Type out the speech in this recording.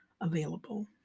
available